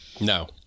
No